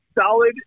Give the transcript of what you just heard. solid